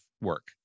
work